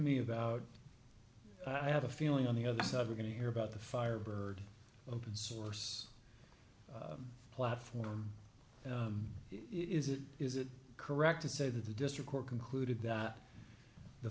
me about i have a feeling on the other stuff we're going to hear about the firebird open source platform is it is it correct to say that the district court concluded that the